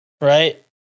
right